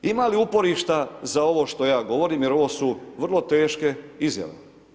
Ima li uporišta za ovo što ja govorim, jer ovo su vrlo teške izjave?